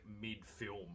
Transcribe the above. mid-film